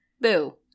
Boo